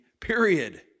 period